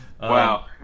wow